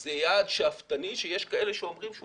זה יעד שאפתני שיש כאלה שאומרים שהוא